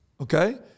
Okay